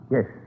Yes